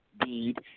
deed